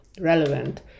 relevant